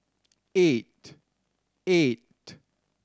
eight eight